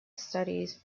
studies